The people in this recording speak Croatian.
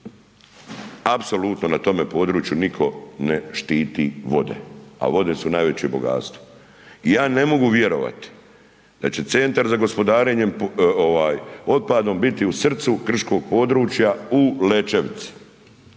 apsolutno na tome području nitko ne štiti vode, a vode su najveće bogatstvo. Ja ne mogu vjerovati da će Centar za gospodarenjem otpadom biti u srcu krškog područja u Lećevici